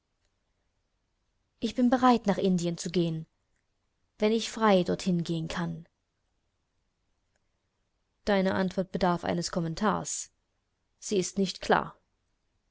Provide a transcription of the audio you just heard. ich bin bereit nach indien zu gehen wenn ich frei dorthin gehen kann deine antwort bedarf eines kommentars sie ist nicht klar